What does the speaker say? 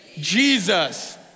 Jesus